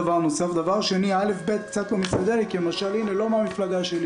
שנית, א'-ב' קצת --- כי למשל לא מהמפלגה שלי